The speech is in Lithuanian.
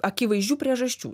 akivaizdžių priežasčių